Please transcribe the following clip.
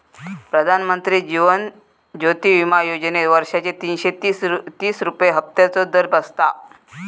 प्रधानमंत्री जीवन ज्योति विमा योजनेत वर्षाचे तीनशे तीस रुपये हफ्त्याचो दर बसता